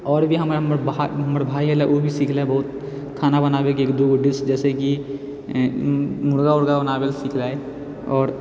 आओर भी हमर भाइ एलै ओ भी सिखलै बहुत खाना बनाबैके एक दूगो डिश जैसेकि मुर्गा उर्गा बनाबै लए सिखलै आओर